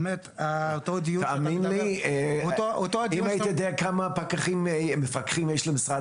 אם היית יודע כמה פקחים מפקחים יש למשרד